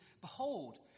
Behold